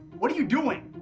what are you doing?